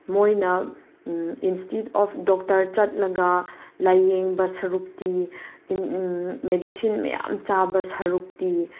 ꯃꯣꯏꯅ institute of doctor ꯆꯠꯂꯒ ꯂꯥꯏꯌꯦꯡꯕ ꯁꯔꯨꯛꯇꯤ ꯃꯦꯗꯤꯁꯤꯟ ꯃꯌꯥꯝ ꯆꯥꯕ ꯁꯔꯨꯛꯇꯤ